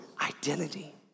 identity